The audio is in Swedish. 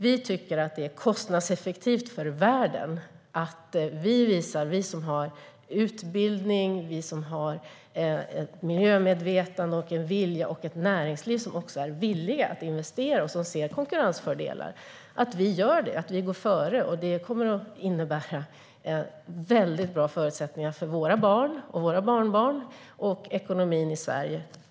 Vi tycker att det är kostnadseffektivt för världen att vi, som har utbildning, ett miljömedvetande, en vilja och ett näringsliv som är villigt att investera och ser konkurrensfördelar, gör det. Att vi går före kommer att innebära väldigt bra förutsättningar för våra barn och barnbarn och för ekonomin i Sverige.